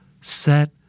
set